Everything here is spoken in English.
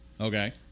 Okay